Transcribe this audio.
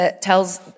tells